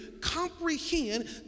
comprehend